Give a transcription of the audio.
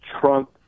Trump